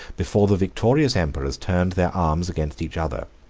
before the victorious emperors turned their arms against each other.